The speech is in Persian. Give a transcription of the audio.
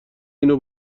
اینو